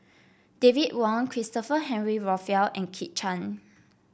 David Wong Christopher Henry Rothwell and Kit Chan